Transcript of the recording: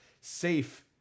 safe